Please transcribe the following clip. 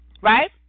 right